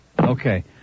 Okay